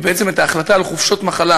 בעצם את ההחלטה על חופשות מחלה,